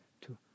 two